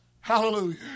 Hallelujah